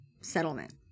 settlement